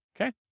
okay